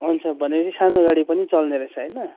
हुन्छ भनेपछि सानो गाडी पनि चल्नेरहेछ होइन